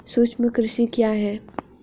सूक्ष्म कृषि क्या है?